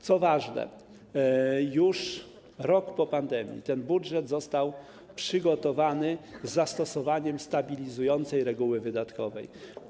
Co ważne, już rok po pandemii ten budżet został przygotowany z zastosowaniem stabilizującej reguły wydatkowej.